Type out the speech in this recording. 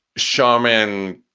sharmin,